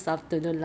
still morning